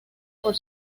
por